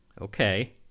Okay